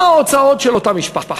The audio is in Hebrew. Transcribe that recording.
מה ההוצאות של אותה משפחה,